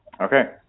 okay